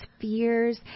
fears